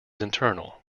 internal